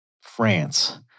France